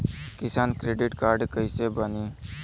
किसान credit card कइसे बानी?